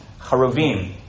Cheruvim